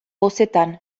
bozetan